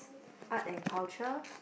art and culture